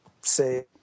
say